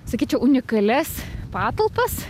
sakyčiau unikalias patalpas